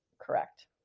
Correct